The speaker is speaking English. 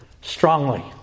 strongly